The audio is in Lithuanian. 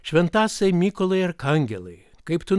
šventasai mykolai arkangelai kaip tu